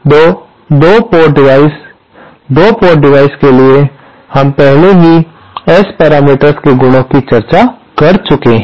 तो 2 port device 2 port device के लिए हम पहले ही S पैरामीटर्स के गुणों की चर्चा कर चुके हैं